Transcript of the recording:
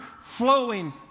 flowing